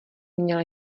měl